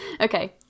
Okay